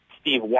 Steve